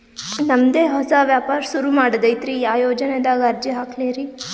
ನಮ್ ದೆ ಹೊಸಾ ವ್ಯಾಪಾರ ಸುರು ಮಾಡದೈತ್ರಿ, ಯಾ ಯೊಜನಾದಾಗ ಅರ್ಜಿ ಹಾಕ್ಲಿ ರಿ?